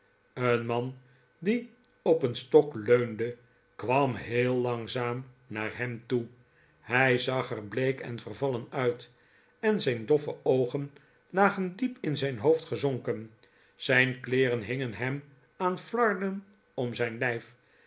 een man die op een stok leunde kwam heel langzaam naar hen toe hij zag er bleek en vervallen uit en zijn doffe oogen lagen diep in zijn hoofd gezonken zijn kleeren hingen hem aan flarden om zijn lijf